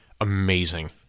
amazing